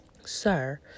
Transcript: sir